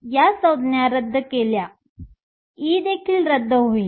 तर या संज्ञा रद्द केल्या E देखील रद्द होईल